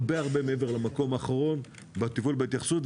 אלא הרבה הרבה מעבר למקום האחרון בטיפול ובהתייחסות,